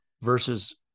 versus